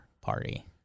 party